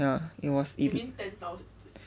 ya it was e~